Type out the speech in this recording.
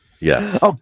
yes